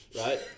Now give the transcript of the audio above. right